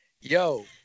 yo